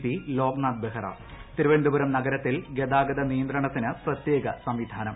P Loknath Behera Thiruvananthapuram നഗ്മരത്തിൽ ഗതാഗത നിയന്ത്രണത്തിന് പ്രത്യേക സംവിധാനം